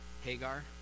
Hagar